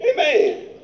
Amen